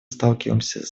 сталкиваемся